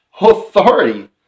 authority